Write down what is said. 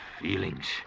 feelings